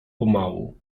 pomału